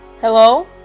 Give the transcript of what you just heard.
Hello